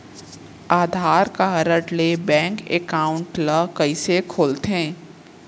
आधार card ले bank account ल कइसे खोलथे?